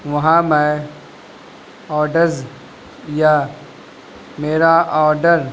وہاں میں آڈرز یا میرا آڈر